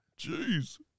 Jeez